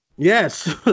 Yes